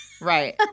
Right